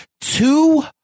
Two